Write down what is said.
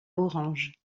orange